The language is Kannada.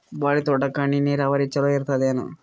ಬಾಳಿ ತೋಟಕ್ಕ ಹನಿ ನೀರಾವರಿ ಚಲೋ ಇರತದೇನು?